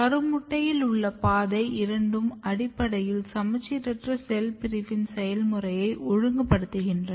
கருமுட்டையில் உள்ள பாதை இரண்டும் அடிப்படையில் சமச்சீரற்ற செல் பிரிவின் செயல்முறையை ஒழுங்குபடுத்துகின்றன